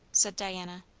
said diana.